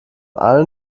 allen